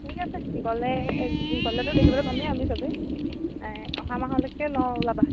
ঠিক আছে গ'লে গ'লেটো দেখিবলৈ পামে আমি চবে অহা মাহলৈকে লওঁ ওলাবা